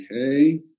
Okay